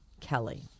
Kelly